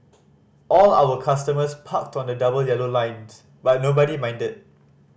all our customers parked to the double yellow lines but nobody minded